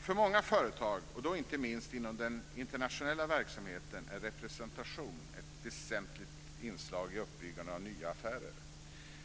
För många företag, och då inte minst inom den internationella verksamheten, är representation ett väsentligt inslag i uppbyggnaden av nya affärer.